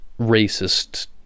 racist